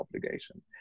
obligation